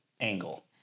Angle